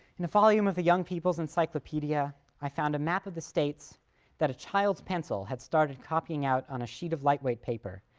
in a volume of the young people's encyclopedia i found a map of the states that a child's pencil had started copying out on a sheet of lightweight paper,